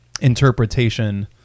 interpretation